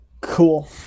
Cool